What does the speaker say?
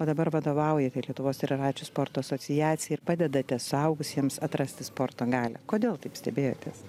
o dabar vadovaujate lietuvos triračių sporto asociacijai ir padedate suaugusiems atrasti sporto galią kodėl taip stebėjotės